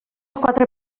quatre